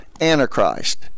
Antichrist